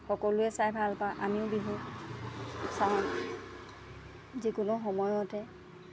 সকলোৱে চাই ভাল পাওঁ আমিও বিহু চাওঁ যিকোনো সময়তে